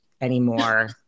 anymore